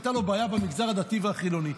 הייתה לו בעיה במגזר הדתי והחילוני,